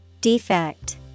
Defect